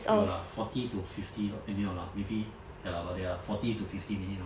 有啦 forty to fifty lor eh 没有啦 maybe ya lah about there lah forty to fifty minutes lor